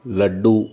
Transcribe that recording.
laddu